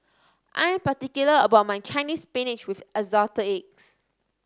I am particular about my Chinese Spinach with Assorted Eggs